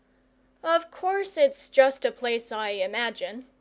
of course it's just a place i imagine,